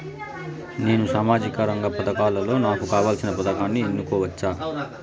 నేను సామాజిక రంగ పథకాలలో నాకు కావాల్సిన పథకాన్ని ఎన్నుకోవచ్చా?